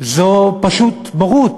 זה פשוט בורות,